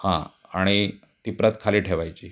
हां आणि ती प्रत खाली ठेवायची